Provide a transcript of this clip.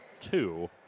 two